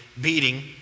beating